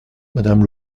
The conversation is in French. madame